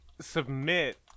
submit